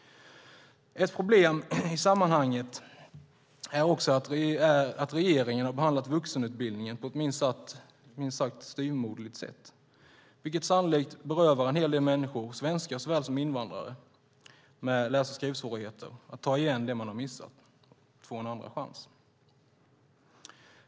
Ett problem i sammanhanget är att regeringen har behandlat vuxenutbildningen på ett minst sagt styvmoderligt sätt. Det berövar sannolikt en hel del människor, svenskar såväl som invandrare med läs och skrivsvårigheter, att ta igen det de har missat och få en andra chans.